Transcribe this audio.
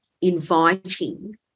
inviting